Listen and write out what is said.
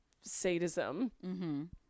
sadism